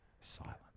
silence